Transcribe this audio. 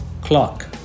clock